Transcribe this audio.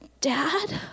Dad